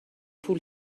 پول